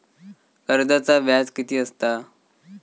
कर्जाचा व्याज कीती असता?